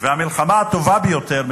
והמלחמה הטובה ביותר,